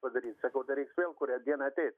padaryti sakau dar reiks vėl kurią dieną ateit